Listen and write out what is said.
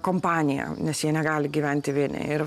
kompanija nes jie negali gyventi vieni ir